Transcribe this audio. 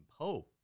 Pope